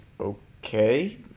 Okay